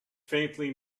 faintly